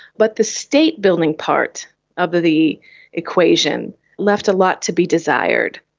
but the state building part of the the equation left a lot to be desired.